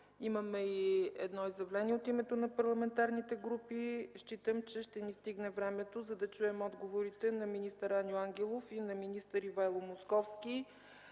имахме и едно изявление от името на парламентарна група, считам, че ще ни стигне времето, за да чуем отговорите на министър Аню Ангелов и на министър Ивайло Московски.